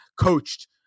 coached